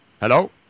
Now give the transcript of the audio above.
Hello